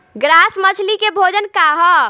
Grass मछली के भोजन का ह?